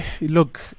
look